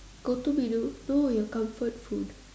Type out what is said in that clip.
go to menu no your comfort food